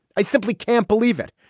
i simply can't believe it.